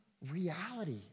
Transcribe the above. Reality